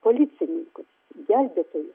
policininkus gelbėtojus